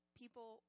people